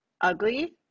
ugly